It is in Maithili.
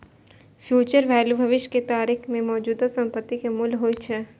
फ्यूचर वैल्यू भविष्य के तारीख मे मौजूदा संपत्ति के मूल्य होइ छै